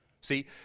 See